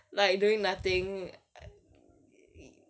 like doing nothing y~